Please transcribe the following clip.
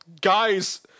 Guys